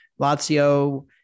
Lazio